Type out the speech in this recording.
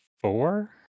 Four